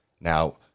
Now